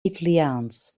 italiaans